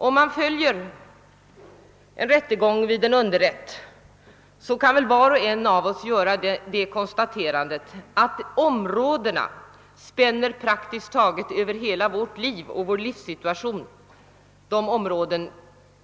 Men om vi följer rättegångar vid en underrätt kan väl var och en av oss göra konstaterandet, att de områden